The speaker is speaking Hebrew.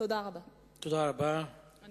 תודה רבה, אני